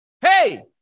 hey